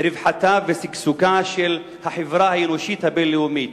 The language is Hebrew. רווחתה ושגשוגה של החברה האנושית הבין-לאומית,